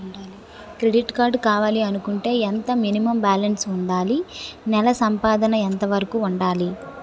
Credit card కావాలి అనుకుంటే ఎంత మినిమం బాలన్స్ వుందాలి? నెల సంపాదన ఎంతవరకు వుండాలి?